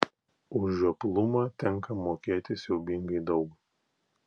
už žioplumą tenka mokėti siaubingai daug